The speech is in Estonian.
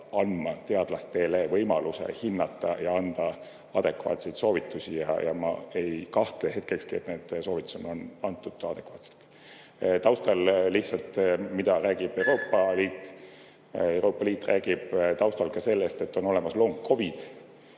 andma teadlastele võimaluse hinnata ja anda adekvaatseid soovitusi. Ma ei kahtle hetkekski, et need soovitused on antud adekvaatselt. Taustaks lihtsalt sellest, mida räägib Euroopa Liit. Euroopa Liit räägib ka sellest, et on olemaslong